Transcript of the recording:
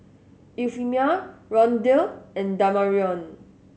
Euphemia Rondal and Damarion